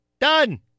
Done